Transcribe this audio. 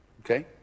Okay